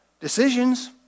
decisions